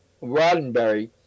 Roddenberry